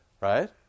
Right